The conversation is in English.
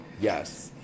Yes